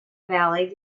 valley